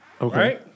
Okay